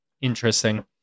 Interesting